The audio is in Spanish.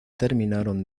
terminaron